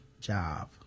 job